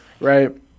right